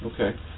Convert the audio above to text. Okay